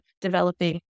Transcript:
developing